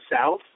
south